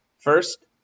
First